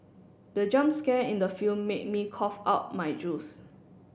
the jump scare in the film made me cough out my juice